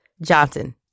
Johnson